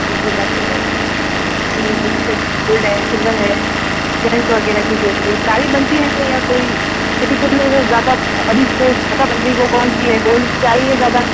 ये जो मैट अपने जो जैसे गोल्ड है सिल्वर है चेंज़ वगैरह की ज्वेलरी सारी बनती है या कोई सिटी गोल्ड से ज़्यादा अभी जो ज़्यादा बन रही है वो कौनसी है गोल्ड आ रही है ज़्यादा